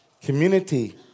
Community